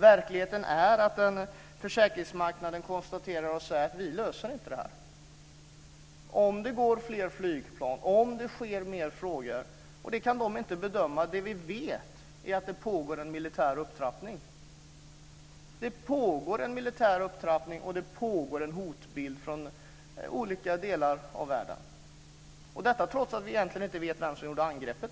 Verkligheten är att försäkringsmarknaden konstaterar att de inte löser det här. De kan inte bedöma om det går fler flygplan om det sker något mer. Det vi vet är att det pågår en militär upptrappning och att det finns en hotbild från olika delar av världen - detta trots att vi egentligen ännu inte vet vem som gjorde angreppet.